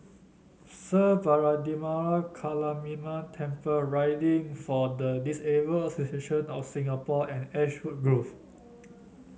Sri Vairavimada Kaliamman Temple Riding for the Disabled Association of Singapore and Ashwood Grove